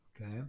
okay